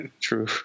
True